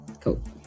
Cool